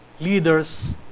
leaders